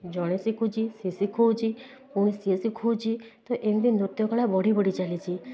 ଜଣେ ଶିଖୁଛି ସେ ଶିଖାଉଛି ପୁଣି ସିଏ ଶିଖାଉଛି ତ ଏମିତି ନୃତ୍ୟକଳା ବଢ଼ି ବଢ଼ି ଚାଲିଛି